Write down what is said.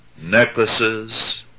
necklaces